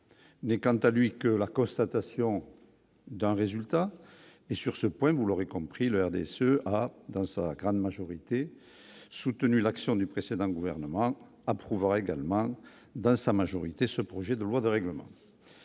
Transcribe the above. n'est quant à lui que la constatation d'un résultat, mais sur ce point, vous l'aurez compris leur ce a dans sa grande majorité soutenu l'action du précédent gouvernement approuvera également dans sa majorité, ce projet de loi de règlement